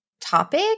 topic